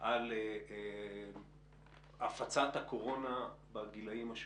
על הפצת הקורונה בגילאים השונים,